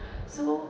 so